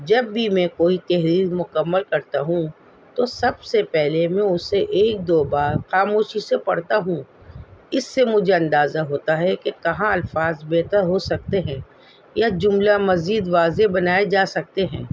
جب بھی میں کوئی تحریر مکمل کرتا ہوں تو سب سے پہلے میں اسے ایک دو بار خاموشی سے پڑھتا ہوں اس سے مجھے اندازہ ہوتا ہے کہ کہاں الفاظ بہتر ہو سکتے ہیں یا جملہ مزید واضح بنائے جا سکتے ہیں